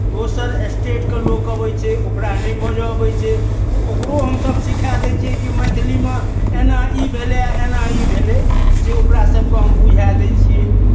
दोसर स्टेटके लोक अबै छै ओकरा नहि बाजय अबै छै तऽ ओकरो हमसभ सिखाए दै छियै कि मैथिलीमे एना ई भेलै आ एना ई भेलै से ओकरा सभके हम बुझाए दै छियै